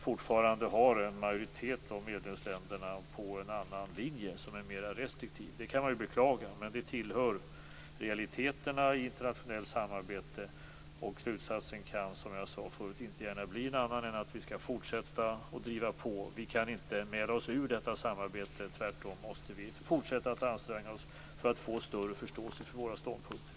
Fortfarande ligger dock en majoritet av medlemsländerna på en annan linje som är mer restriktiv. Det kan man beklaga, men det tillhör realiteterna i internationellt samarbete. Slutsatsen kan, som jag sade förut, inte gärna bli en annan än att vi skall fortsätta att driva på. Vi kan inte mäla oss ur detta samarbete. Tvärtom måste vi fortsätta att anstränga oss för att få större förståelse för våra ståndpunkter.